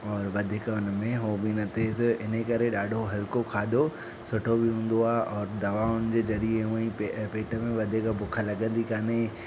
औरि वधीक हुन में उहो बि न थेसि इन करे उन में ॾाढो हल्को खाधो सुठो बि हूंदो आहे और दवाउनि जे ज़रिए हूअं ई पेट में वधीक बुखु लॻंदी कोन्हे